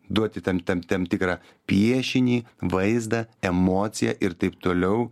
duoti tam tam tam tikrą piešinį vaizdą emociją ir taip toliau